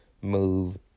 move